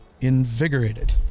invigorated